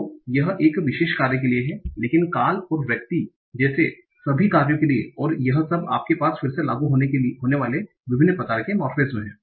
तो यह एक विशेष कार्य के लिए है लेकिन टेंसेस और पर्सन जैसे सभी कार्यों के लिए और यह सब आपके पास फिर से लागू होने वाले विभिन्न प्रकार के मोर्फेमेज़ हैं